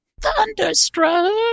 Thunderstruck